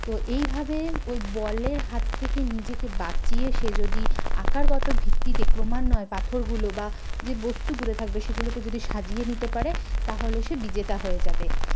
তো এইভাবে ওই বলের হাত থেকে নিজেকে বাঁচিয়ে সে যদি আকারগত ভিত্তিতে ক্রমান্বয়ে পাথরগুলো বা যে বস্তুগুলো থাকবে সেগুলোকে যদি সাজিয়ে নিতে পারে তাহলে সে বিজেতা হয়ে যাবে